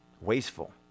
Wasteful